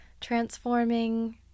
transforming